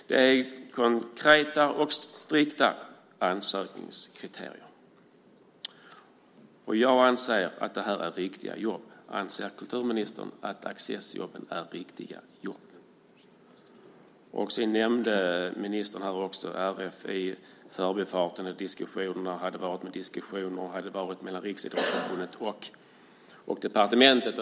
Det är konkreta och strikta ansökningskriterier. Jag anser att det här är viktiga jobb. Anser kulturministern att Accessjobben är viktiga jobb? Ministern nämnde i förbifarten att det hade varit en diskussion mellan Riksidrottsförbundet och departementet.